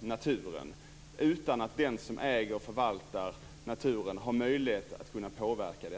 naturen utan att den som äger och förvaltar naturen har möjlighet att kunna påverka det.